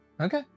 Okay